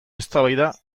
eztabaida